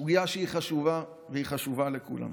זו סוגיה שהיא חשובה, והיא חשובה לכולם.